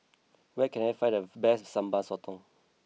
where can I find the best Sambal Sotong